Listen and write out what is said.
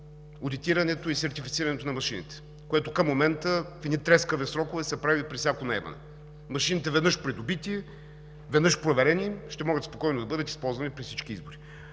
одитирането и сертифицирането на машините, което към момента в едни трескави срокове се прави при всяко наемане. Машините веднъж придобити, веднъж проверени ще могат спокойно да бъдат използвани при всички избори.